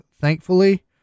thankfully